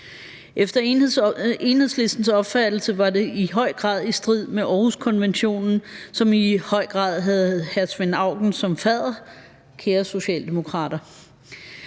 Efter Enhedslistens opfattelse var det i høj grad i strid med Århuskonventionen, som i høj grad havde hr. Svend Auken som fadder